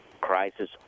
crisis